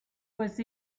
was